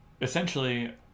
essentially